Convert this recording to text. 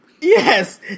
Yes